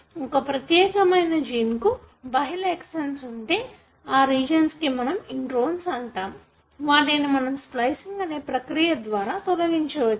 ఒక ప్రత్యేకమైన జీన్ కు బహుళ ఎక్సన్స్ ఉంటే ఆ రీజన్స్ ను మనము ఇంట్రోన్స్ అంటాము వాటిని మనము స్ప్లిసింగ్ అనే ప్రక్రియ ద్వారా తొలగించవచ్చు